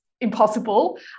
impossible